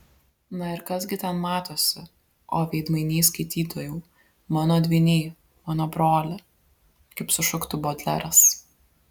na ir kas gi ten matosi o veidmainy skaitytojau mano dvyny mano broli kaip sušuktų bodleras